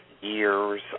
years